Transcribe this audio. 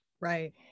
Right